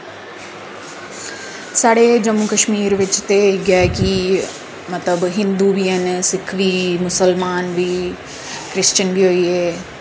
साढ़े जम्मू कश्मीर बच ते इ'यै कि मतलब हिन्दू बी हैन सिक्ख बी मुस्लमान बी क्रिस्चन बी होई गे